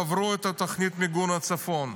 קברו את תוכנית מיגון הצפון.